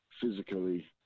physically